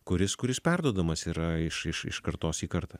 kuris kuris perduodamas yra iš iš iš kartos į kartą